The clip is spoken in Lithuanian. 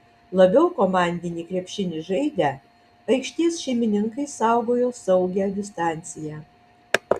labiau komandinį krepšinį žaidę aikštės šeimininkai saugojo saugią distanciją